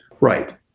Right